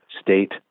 state